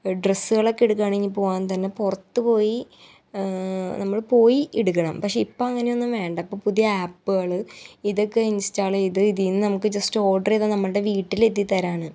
ഡ്രെസ്സ്കളക്കെ എടുക്കാണെങ്കിൽ പോകാൻ തന്നെ പുറത്ത് പോയി നമ്മൾ പോയി എടുക്കണം പക്ഷേ ഇപ്പം അങ്ങനൊന്നും വേണ്ട ഇപ്പം പുതിയ ആപ്പ്കൾ ഇതക്കെ ഇൻസ്റ്റാള് ചെയ്ത് ഇതീന്ന് നമുക്ക് ജെസ്റ് ഓഡ്റ് ചെയ്താൽ നമ്മളുടെ വീട്ടിലെത്തി തരാണ്